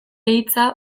hitza